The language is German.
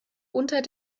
unter